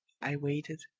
i waited.